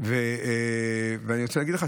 אתה נוסע אחרי יום עבודה, אתה בתקווה,